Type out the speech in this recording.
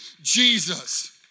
Jesus